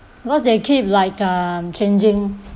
because they keep like um changing